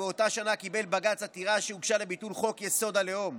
ובאותה שנה קיבל בג"ץ עתירה שהוגשה לביטול חוק-יסוד: הלאום